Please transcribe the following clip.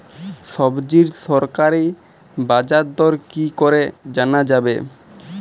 সবজির সরকারি বাজার দর কি করে জানা যাবে?